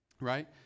Right